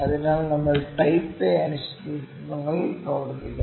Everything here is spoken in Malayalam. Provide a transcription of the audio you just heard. അതിനാൽ നമ്മൾ ടൈപ്പ് എ അനിശ്ചിതത്വങ്ങളിൽ പ്രവർത്തിക്കുന്നു